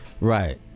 right